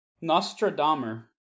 Nostradamus